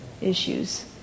issues